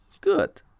good